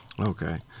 Okay